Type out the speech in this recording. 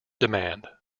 demand